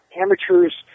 amateurs